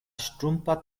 ŝtrumpa